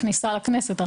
בכניסה לכנסת,